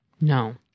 No